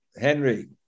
Henry